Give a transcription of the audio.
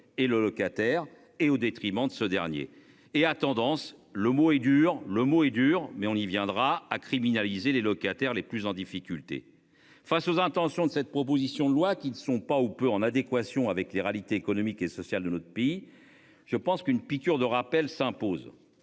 et le locataire et au détriment de ce dernier et a tendance, le mot est dur, le mot est dur mais on y viendra à criminaliser les locataires les plus en difficulté face aux intentions de cette proposition de loi qui ne sont pas ou peu en adéquation avec les réalités économiques et sociales de notre pays. Je pense qu'une piqûre de rappel s'impose,